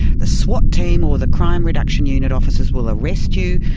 the swat team or the crime reduction unit officers will arrest you,